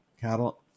cattle